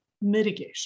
mitigation